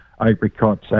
Apricots